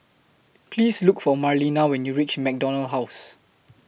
Please Look For Marlena when YOU REACH MacDonald House